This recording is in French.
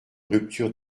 rupture